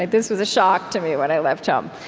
this was a shock to me when i left home.